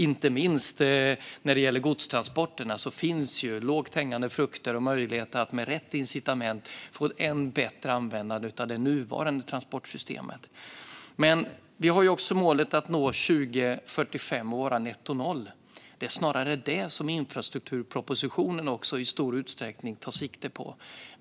Inte minst när det gäller godstransporterna finns det lågt hängande frukter och möjligheter att med rätt incitament få ett än bättre användande av det nuvarande transportsystemet. Vi har också målet om nettonollutsläpp 2045. Det är snarare det som infrastrukturpropositionen i stor utsträckning tar sikte på.